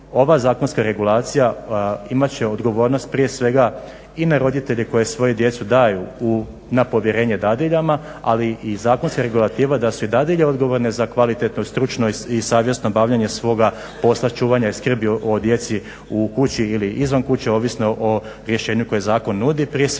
ova zakonska regulacija imat će odgovornost prije svega i na roditelje koji svoju djecu daju na povjerenje dadiljama, ali i zakonska regulativa da su i dadilje odgovorne za kvalitetno, stručno i savjesno obavljanje svoga posla, čuvanje i skrbi o djeci u kući ili izvan kuće, ovisno o rješenju koje zakon nudi. Prije svega